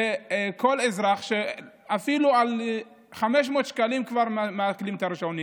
כל אזרח שאפילו על 500 שקלים כבר מעקלים לו את רישיון הנהיגה.